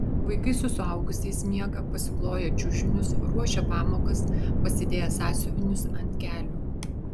vaikai su suaugusiais miega pasikloję čiužinius ruošia pamokas pasidėję sąsiuvinius ant kelių